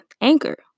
Anchor